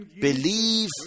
Believe